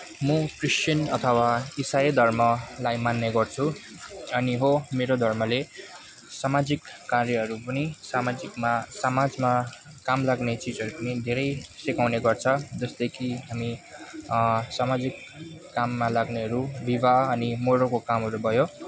म क्रिस्चियन अथवा इसाई धर्मलाई मान्ने गर्छु अनि हो मेरो धर्मले सामाजिक कार्यहरू पनि सामाजिकमा समाजमा कामलाग्ने चिजहरू पनि धेरै सिकाउने गर्छ जस्तै कि हामी सामाजिक काममा लाग्नेहरू विवाह अनि मराउको कामहरू भयो